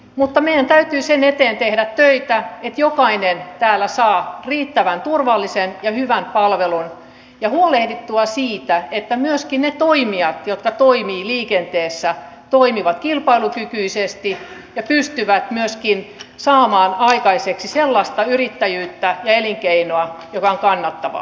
mutta meidän täytyy sen eteen tehdä töitä että jokainen täällä saa riittävän turvallisen ja hyvän palvelun ja huolehtia siitä että ne toimijat jotka toimivat liikenteessä toimivat kilpailukykyisesti ja pystyvät myöskin saamaan aikaiseksi sellaista yrittäjyyttä ja elinkeinoa joka on kannattavaa